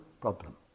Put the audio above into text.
problem